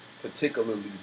Particularly